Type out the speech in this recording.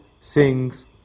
sings